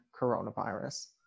coronavirus